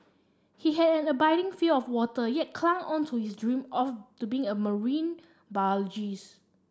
he had an abiding fear of water yet clung on to his dream or to be a marine biologist